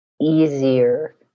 easier